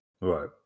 Right